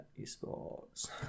Esports